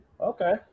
Okay